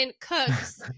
cooks